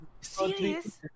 Serious